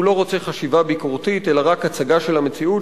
"הוא לא רוצה חשיבה ביקורתית אלא רק הצגה של המציאות,